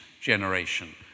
generation